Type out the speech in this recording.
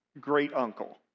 great-uncle